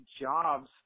jobs